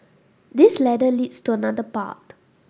this ladder leads to another path